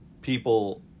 people